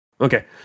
Okay